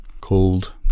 called